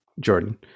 Jordan